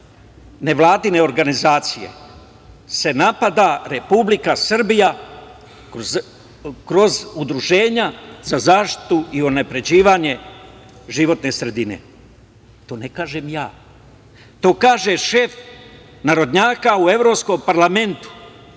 nevladine organizacije se napada Republika Srbija, kroz udruženja za zaštitu i unapređenje životne sredine. To ne kažem ja, to kaže šef narodnjaka u Evropskom parlamentu,